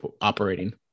operating